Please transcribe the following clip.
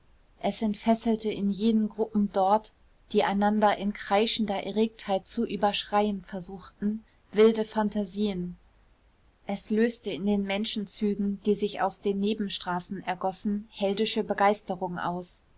es entfesselte in jenen gruppen dort die einander in kreischender erregtheit zu überschreien versuchten wilde phantasien es löste in den menschenzügen die sich aus den nebenstraßen ergossen heldische begeisterung aus